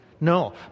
No